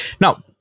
now